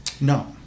No